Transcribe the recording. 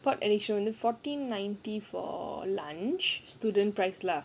what show err fourteen ninety for lunch student price lah